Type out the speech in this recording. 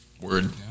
Word